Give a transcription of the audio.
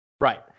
Right